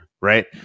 right